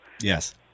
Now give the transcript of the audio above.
Yes